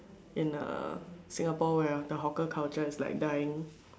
in a Singapore where the hawker culture is like dying